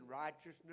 righteousness